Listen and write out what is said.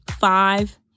Five